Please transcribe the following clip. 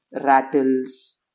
rattles